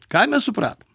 ką mes supratom